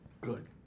Good